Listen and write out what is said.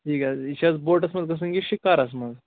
ٹھیٖک حظ یہِ چھِ حظ بوٹس منٛز گژھُن یہِ شِکارَس منٛز